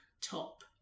top